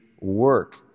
work